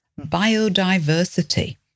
biodiversity